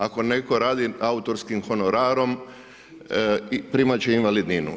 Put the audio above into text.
Ako netko radi autorskim honorarom, primati će invalidninu.